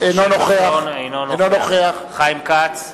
אינו נוכח חיים כץ,